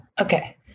Okay